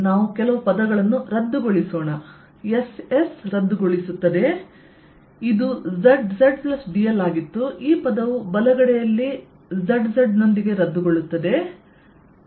ನಾವು ಕೆಲವು ಪದಗಳನ್ನು ರದ್ದುಗೊಳಿಸೋಣ S S ರದ್ದುಗೊಳಿಸುತ್ತದೆ ಇದು Z Z dl ಆಗಿತ್ತು ಈ ಪದವು ಬಲಗಡೆಯಲ್ಲಿ ZZ ನೊಂದಿಗೆ ರದ್ದುಗೊಳ್ಳುತ್ತದೆ